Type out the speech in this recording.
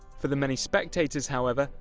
for the many spectators however,